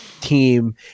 team